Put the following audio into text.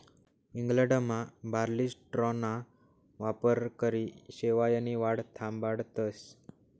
इंग्लंडमा बार्ली स्ट्राॅना वापरकरी शेवायनी वाढ थांबाडतस